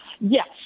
Yes